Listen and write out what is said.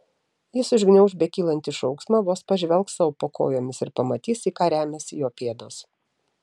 jis užgniauš bekylantį šauksmą vos pažvelgs sau po kojomis ir pamatys į ką remiasi jo pėdos